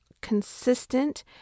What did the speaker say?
consistent